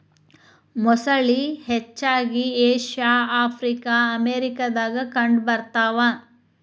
ಮೊಸಳಿ ಹರಚ್ಚಾಗಿ Asia Africa America ದಾಗ ಕಂಡ ಬರತಾವ